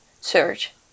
search